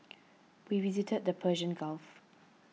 we visited the Persian Gulf